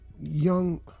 young